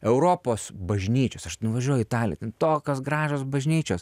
europos bažnyčios aš nuvažiuoju į itali tokios gražios bažnyčios